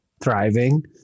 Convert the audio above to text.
thriving